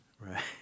Right